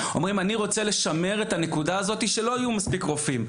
שאומרים: אני רוצה לשמר את הנקודה הזו שלא יהיו מספיק רופאים.